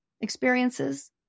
experiences